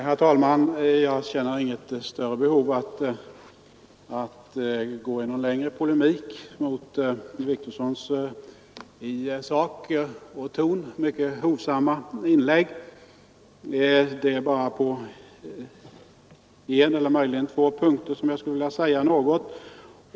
Herr talman! Jag känner inget större behov av att gå i någon längre polemik mot herr Wictorssons i sak och ton mycket hovsamma inlägg Det är bara på en eller möjligen två punkter som jag skulle vilja säga något.